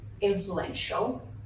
influential